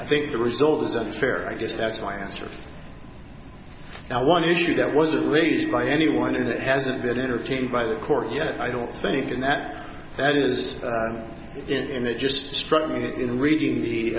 i think the result is unfair i guess that's why i asked for now one issue that was raised by anyone and it hasn't been entertained by the court yet i don't think in that as in it just struck me that in reading the